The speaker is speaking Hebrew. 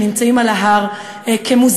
שנמצאים על ההר כמוזמנים,